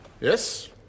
Yes